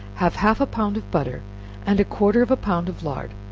have half a pound of butter and quarter of a pound of lard,